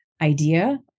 idea